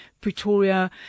Pretoria